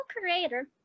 creator